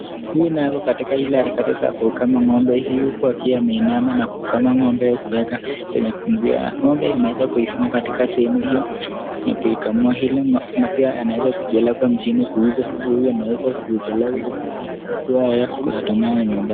Huyu naye ako katika ile harakati za kuikamua ng'ombe huku akiwa ameinama na kuikama ng'ombe na kuweka kwenye sufuria. Ng'ombe ameweza kuifunga katika sehemu hiyo, na kuikamua ili maziwa yaweza kuipeleka mjini kuuza, ama anaweza kuipeleka maziwa haya kuitumia nyumbani.